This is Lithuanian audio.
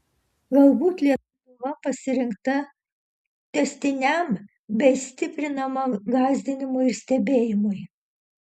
galbūt lietuva pasirinkta tęstiniam bei stiprinamam gąsdinimui ir stebėjimui